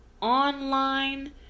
online